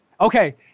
Okay